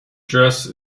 dress